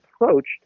approached